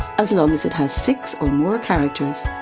as long as it has six or more characters.